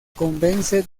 convence